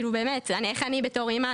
איך אני בתור אימא,